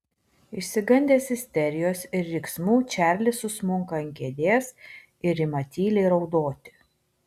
išsigandęs isterijos ir riksmų čarlis susmunka ant kėdės ir ima tyliai raudoti